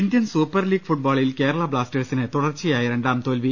Indian super league ഫുട്ബോളിൽ കേരള ബ്ലാസ്റ്റേഴ്സിന് തുടർച്ചയായ രണ്ടാം തോൽവി